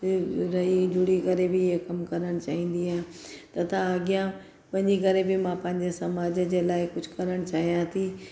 रही जुड़ी करे बि कमु करणु चाहींदी आहियां तथा अॻियां वञी करे बि मां पंहिंजे समाज जे लाइ कुझु करणु चाहियां थी